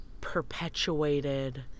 perpetuated